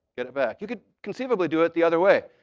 get it back. you could conceivably do it the other way.